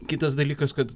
kitas dalykas kad